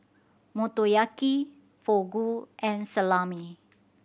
Motoyaki Fugu and Salami